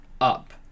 up